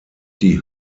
die